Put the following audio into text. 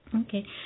Okay